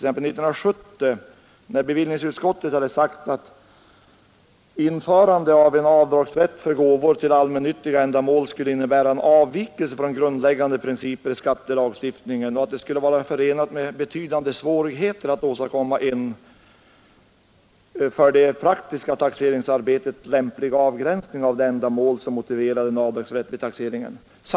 År 1970 hade bevillningsutskottet sagt ”att införandet av en avdragsrätt för gåvor till allmännyttiga ändamål skulle innebära en avvikelse från grundläggande principer i skattelagstiftningen och att det skulle vara förenat med betydande svårigheter att åstadkomma en för det praktiska taxeringsarbetet lämplig avgränsning av de ändamål som motiverade en avdragsrätt vid taxeringen”.